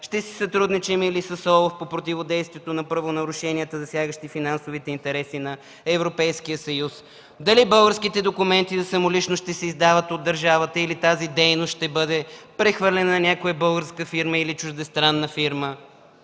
ще си сътрудничим ли с ОЛАФ по противодействието на правонарушенията, засягащи финансовите интереси на Европейския съюз; дали българските документи за самоличност ще се издават от държавата, или тази дейност ще бъде прехвърлена на някоя българска или чуждестранна фирма;